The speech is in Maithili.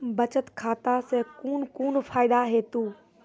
बचत खाता सऽ कून कून फायदा हेतु?